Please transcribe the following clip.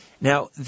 Now